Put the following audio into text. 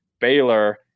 Baylor